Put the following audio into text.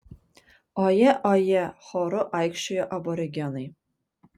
oje oje choru aikčiojo aborigenai